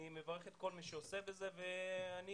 אני מברך את כל מי שעוסק בזה ואני